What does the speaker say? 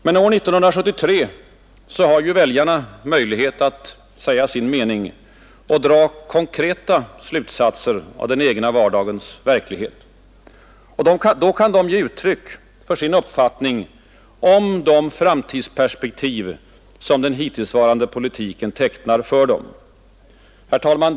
Men år 1973 har väljarna möjlighet att säga sin mening och dra konkreta slutsatser av den egna vardagens verklighet. Då kan de ge uttryck för sin uppfattning om de framtidsperspektiv som den hittillsvarande politiken tecknar för dem. Herr talman!